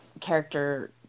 character